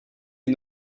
les